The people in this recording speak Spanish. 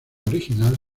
original